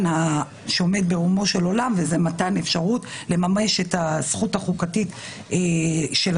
שעומד ברומו של עולם מתן אפשרות לממש את הזכות החוקתית להצביע.